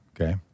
Okay